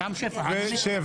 (הגדרת אחי הנספה וזכויותיו,